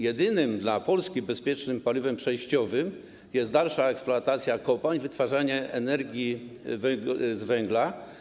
Jedynym dla Polski bezpiecznym rozwiązaniem przejściowym jest dalsza eksploatacja kopalń i wytwarzanie energii z węgla.